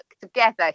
together